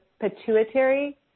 pituitary